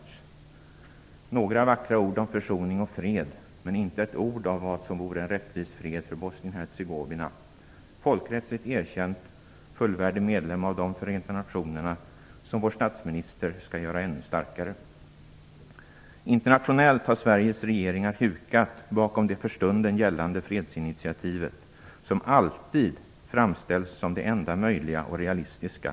Man sade några vackra ord om försoning och fred, men inte ett ord om vad som vore en rättvis fred för Bosnien-Hercegovina, folkrättsligt erkänt och fullvärdig medlem av de förenta nationer som vår statsminister skall göra ännu starkare. Internationellt har Sveriges regeringar hukat sig bakom det för stunden gällande fredsinitiativet, som alltid framställs som det enda möjliga och realistiska.